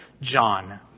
John